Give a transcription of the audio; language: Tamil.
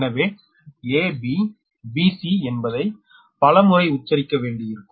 எனவே A B B C என்பதை பலமுறை உச்சரிக்க வேண்டியிருக்கும்